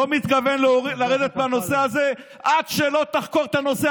לא מתכוון לרדת מהנושא הזה עד שלא תחקור את הנושא,